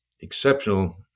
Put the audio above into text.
exceptional